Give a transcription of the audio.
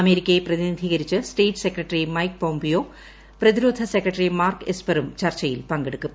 അമേരിക്കയെ പ്രതിനിധീകരിച്ച് state secretary Mike Pompeo പ്രതിരോധ സെക്രട്ടറി മാർക്ക് എസ്പെറും ചർച്ചയിൽ പങ്കെടുക്കും